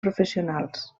professionals